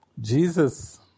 Jesus